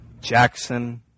Jackson